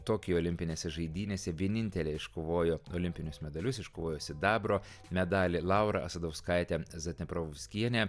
tokijo olimpinėse žaidynėse vienintelė iškovojo olimpinius medalius iškovojo sidabro medalį laura asadauskaitė zadneprovskienė